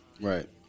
Right